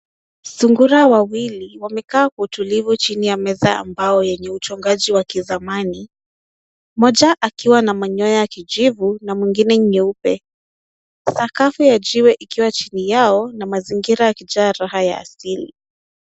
Sungura wawili wamekaa kwa utulivu chini ya meza ya mbao yenye uchongaji wa kizamani. Mmoja akiwa na manyoya ya kijivu na mwingine meupe. Sakafu ya jiwe yakiwa chini yao na mazingira yakijaa raha ya asili.